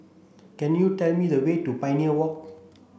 can you tell me the way to Pioneer Walk